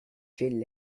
jill